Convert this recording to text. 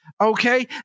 okay